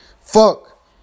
Fuck